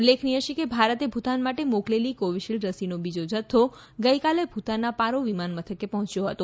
ઉલ્લેખનીય છે કે ભારતે ભૂતાન માટે મોકલેલી કોવીશીલ્ડ રસીનો બીજો જથ્થો ગઇકાલે ભુતાનના પારો વિમાન મથકે પહોંચ્યો હતો